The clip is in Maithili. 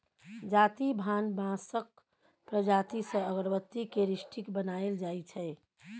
जाति भान बाँसक प्रजाति सँ अगरबत्ती केर स्टिक बनाएल जाइ छै